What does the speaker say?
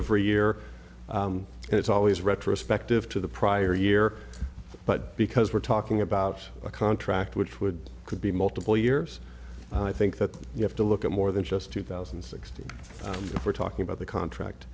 every year and it's always retrospective to the prior year but because we're talking about a contract which would could be multiple years i think that you have to look at more than just two thousand and sixteen we're talking about the contract